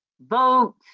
Vote